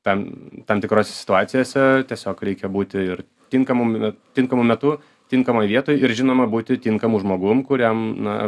tam tam tikrose situacijose tiesiog reikia būti ir tinkamu meme tinkamu metu tinkamoj vietoj ir žinoma būti tinkamu žmogum kuriam na